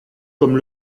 comme